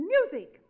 Music